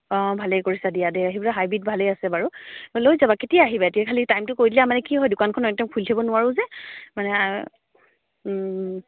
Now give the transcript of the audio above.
অঁ ভালেই কৰিছা দিয়া দেই আহিবা হাইব্ৰীড ভালেই আছে বাৰু লৈ যাবা কেতিয়া আহিবা এতিয়া খালি টাইমটো কৈ দিলে মানে কি হয় দোকানখন একদম ফুলি থ'ব নোৱাৰোঁ যে মানে